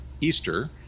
Easter